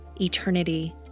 eternity